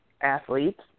athletes